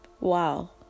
Wow